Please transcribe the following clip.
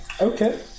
okay